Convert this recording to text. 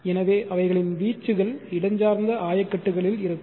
எனவே அவைகளின் வீச்சுகள் இடஞ்சார்ந்த ஆயக்கட்டுகளில் இருக்கும்